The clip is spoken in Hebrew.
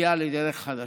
ויציאה לדרך חדשה.